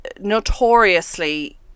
notoriously